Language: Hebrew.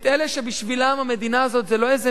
את אלה שבשבילם המדינה הזאת זה לא איזה